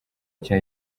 nshya